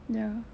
ya